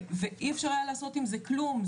ואי אפשר היה לעשות עם זה כלום,